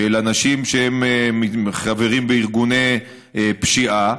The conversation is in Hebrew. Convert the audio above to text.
של אנשים שהם חברים בארגוני פשיעה,